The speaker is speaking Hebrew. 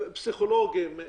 פסיכולוגים,